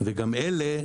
וגם אלה,